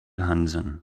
hansen